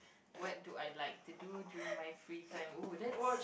what do I like to do during my free time oh that's